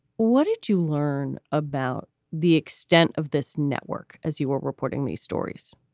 what did you learn about the extent of this network as you were reporting these stories?